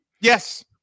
Yes